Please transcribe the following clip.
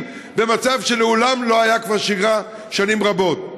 במצב שמעולם לא הייתה בו שגרה כבר שנים רבות.